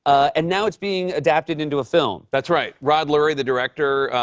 and now it's being adapted into a film? that's right. rod lurie, the director,